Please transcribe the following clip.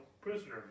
prisoner